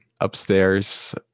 upstairs